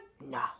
No